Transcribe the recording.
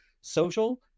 social